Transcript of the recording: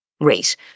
rate